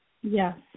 Yes